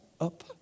up